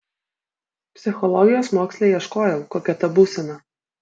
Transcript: psichologijos moksle ieškojau kokia ta būsena